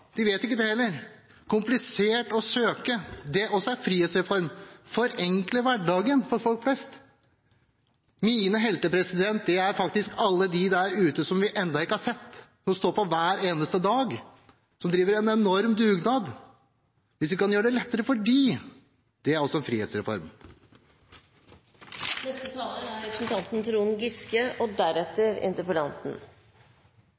vet ikke det heller. Komplisert å søke? Det er også frihetsreform, å forenkle hverdagen for folk flest. Mine helter, det er faktisk alle dem der ute som vi ennå ikke har sett, som står på hver eneste dag, som driver en enorm dugnad. Hvis vi kan gjøre det lettere for dem, er det også en